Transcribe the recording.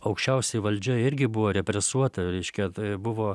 aukščiausioji valdžia irgi buvo represuota reiškia buvo